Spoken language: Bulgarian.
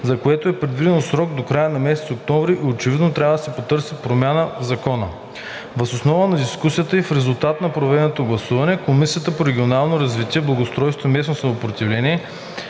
за което е предвидено срок до края на месец октомври и очевидно трябва да се потърси промяна в закона. Въз основа на дискусията и в резултат на проведеното гласуване Комисията по регионална политика, благоустройство и местно самоуправление,